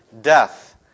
death